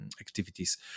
activities